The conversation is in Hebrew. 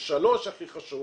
ו-ג' הכי חשוב